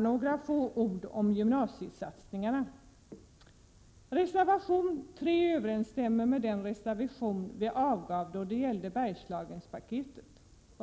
några få ord om gymnasiesatsningarna. Reservation 3 överensstämmer med den reservation vi avgav då det gällde Bergslagspaketet.